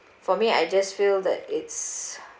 for me I just feel that it's